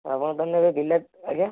ଆପଣ ତାହେଲେ ନେବେ ବିଲାତି ଆଜ୍ଞା